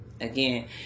again